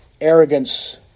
arrogance